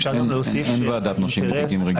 אין ועדת נושים בתיקים רגילים.